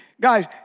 guys